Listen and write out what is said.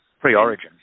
Pre-origin